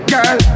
Girl